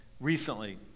recently